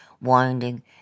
winding